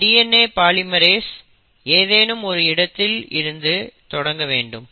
இந்த DNA polymerase ஏதேனும் ஒரு இடத்தில் இருந்து தொடங்க வேண்டும்